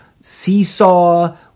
seesaw